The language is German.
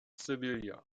sevilla